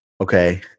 Okay